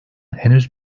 henüz